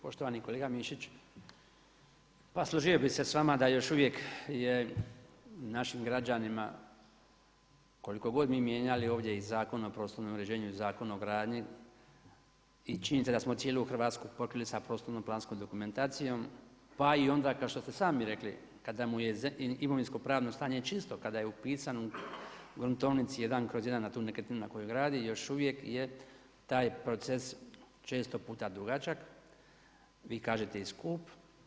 Poštovani kolega Mišić, pa složio bi se s vama da još uvijek našim građanima koliko god mi mijenjali ovdje i Zakon o prostornom uređenju i Zakon o gradnji i činjenice da smo cijelu Hrvatsku pokrili sa prostorno-planskom dokumentacijom pa i onda kao što ste sami rekli kada mu je imovinskopravno stanje čisto, kada je upisan u gruntovnici jedan kroz jedan na tu nekretninu koju gradi još uvijek je taj proces često puta dugačak, vi kažete i skup.